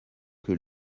que